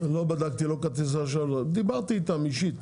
לא בדקתי, דיברתי איתם אישית.